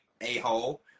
a-hole